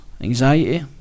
Anxiety